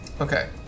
Okay